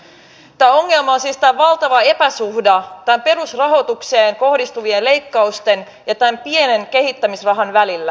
ongelmana on siis tämä valtava epäsuhta näiden perusrahoitukseen kohdistuvien leikkausten ja tämän pienen kehittämisrahan välillä